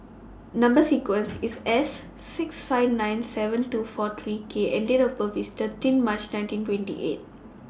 Number sequence IS S six five nine seven two four three K and Date of birth IS thirteen March nineteen twenty eight